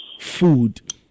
Food